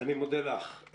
אני מודה לך.